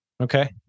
Okay